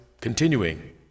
continuing